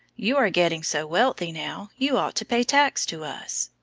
you are getting so wealthy now, you ought to pay tax to us.